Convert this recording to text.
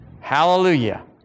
Hallelujah